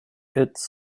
its